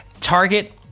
Target